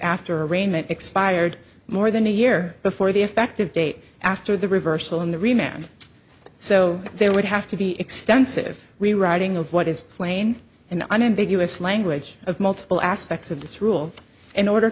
after arraignment expired more than a year before the effective date after the reversal in the rematch so there would have to be extensive rewriting of what is plain in unambiguous language of multiple aspects of this rule in order